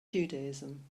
judaism